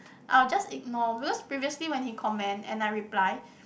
I will just ignore because previously when he comment and I reply